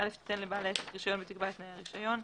תיתן לבעל העסק רישיון ותקבע את תנאי הרישיון.